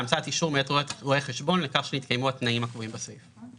בהמצאת אישור מאת רואה חשבון לכך שנתקיימו התנאים הקבועים בסעיף.